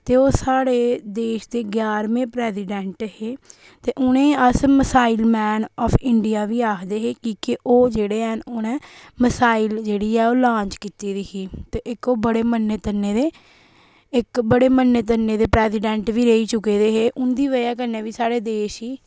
ते ओह् स्हाड़े देश दे ग्यारह्मे प्रजिडेंट हे ते उ'नेंगी अस मसाइल मैन आफ इंडिया बी आखदे हे कि के ओह् जेह्ड़े हैन उ'नें मसाइल जेह्ड़ी ऐ ओह् लांच कीती दी ही ते इक ओह् बड़े मन्ने तन्ने दे इक बड़े मन्ने तन्ने दे परैजिडैंट बी रेही चुके दे हे उं'दी बजह् कन्नै बी स्हाड़े देश गी